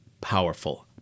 powerful